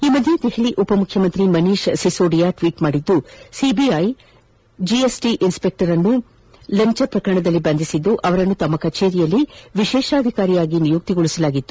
ಈ ಮಧ್ಯೆ ದೆಹಲಿ ಉಪ ಮುಖ್ಯಮಂತ್ರಿ ಮನೀಶ್ ಸಿಸೋಡಿಯಾ ಟ್ವೀಟ್ ಮಾಡಿದ್ದು ಸಿಬಿಐ ಜಿಎಸ್ಟಿ ಇನ್ಸ್ ಪೆಕ್ಟರ್ ಅನ್ನು ಲಂಚ ಪ್ರಕರಣದಲ್ಲಿ ಬಂಧಿಸಿದ್ದು ಅವರನ್ನು ತಮ್ಮ ಕಚೇರಿಯಲ್ಲಿ ವಿಶೇಷಾಧಿಕಾರಿಯಾಗಿ ನಿಯುಕ್ತಿಗೊಳಿಸಲಾಗಿತ್ತು